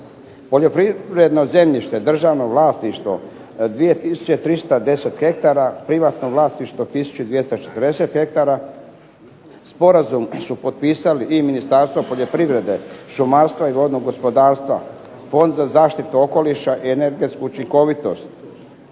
Poljoprivredno zemljište, državno vlasništvo, 2 tisuće 310 hektara, privatno vlasništvo tisuću 240 hektara, sporazum su potpisali i Ministarstvo poljoprivrede, šumarska i vodnog gospodarstva, Fond za zaštitu okoliša i energetsku učinkovitost,